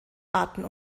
arten